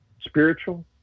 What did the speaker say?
spiritual